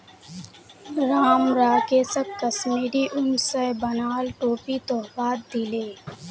राम राकेशक कश्मीरी उन स बनाल टोपी तोहफात दीले